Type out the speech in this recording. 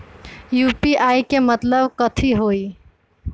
UPI के मतलब कथी होई?